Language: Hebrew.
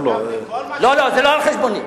לא, זה לא על-חשבוני.